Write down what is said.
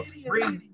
three